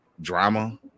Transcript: drama